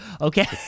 okay